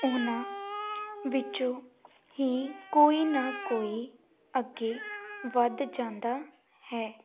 ਉਹਨਾਂ ਵਿੱਚੋਂ ਹੀ ਕੋਈ ਨਾ ਕੋਈ ਅੱਗੇ ਵੱਧ ਜਾਂਦਾ ਹੈ